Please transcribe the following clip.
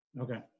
Okay